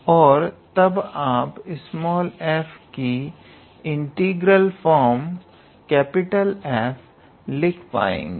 और तब आप f की इंटीग्रल फॉर्म F लिख पाएंगे